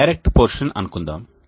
దీనిని direct portion అనుకుందాం